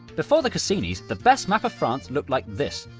before the cassinis, the best map of france looked like this.